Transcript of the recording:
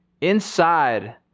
inside